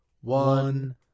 One